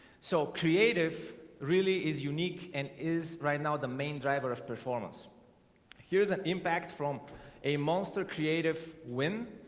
so creative really is unique and is right now the main driver of performance here's an impact from a monster creative win